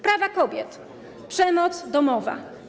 Prawa kobiet, przemoc domowa.